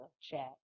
chat